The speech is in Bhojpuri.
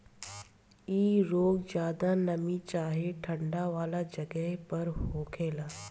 इ रोग ज्यादा नमी चाहे ठंडा वाला जगही पर होखेला